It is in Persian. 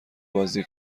بازی